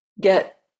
get